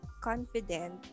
confident